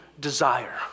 desire